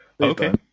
Okay